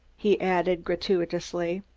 he added, gratuitously.